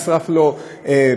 נשרף לו בית,